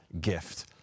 Gift